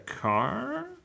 car